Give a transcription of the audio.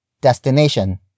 destination